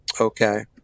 okay